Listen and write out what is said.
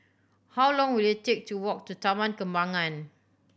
how long will it take to walk to Taman Kembangan